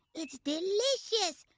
it's delicious.